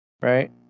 Right